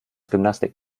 gymnastik